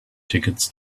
tickets